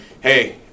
hey